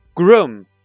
Groom